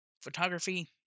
Photography